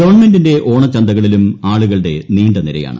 ഗവൺമെന്റിന്റെ ഓണച്ചന്തകളിലും ആളുകളുടെ നീണ്ട നിരയാണ്